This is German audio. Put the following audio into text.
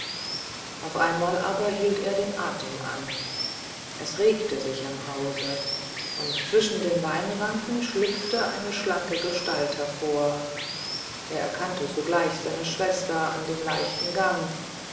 auf einmal aber hielt er den atem an es regte sich am hause und zwischen den weinranken schlüpfte eine schlanke gestalt hervor er erkannte sogleich seine schwester an dem leichten gang